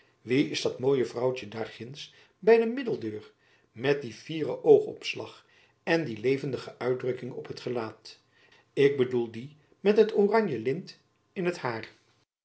wie is dat mooie vrouwtjen daar ginds by de middeldeur met dien fieren oogopslag en die levendige uitdrukking op't gelaat ik bedoel die met het oranje lint in in't hair